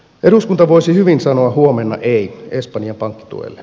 eduskunta voisi hyvin sanoa huomenna ei espanjan pankkituelle